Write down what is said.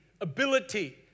ability